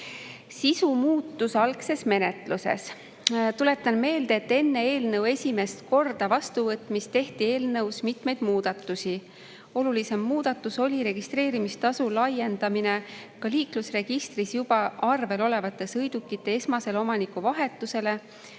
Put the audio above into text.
Sisu muudatused algses menetluses. Tuletan meelde, et enne eelnõu esimest korda vastuvõtmist tehti eelnõus mitmeid muudatusi. Oluline muudatus oli registreerimistasu laiendamine ka liiklusregistris juba arvel oleva sõiduki esmasele omanikuvahetusele,